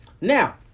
Now